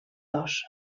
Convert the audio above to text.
dos